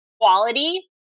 quality